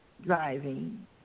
driving